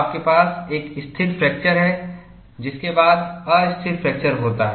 आपके पास एक स्थिर फ्रैक्चर है जिसके बाद अस्थिर फ्रैक्चर होता है